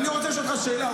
אני רוצה לשאול אותך שאלה.